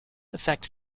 affect